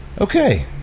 Okay